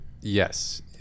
Yes